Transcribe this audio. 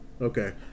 okay